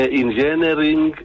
engineering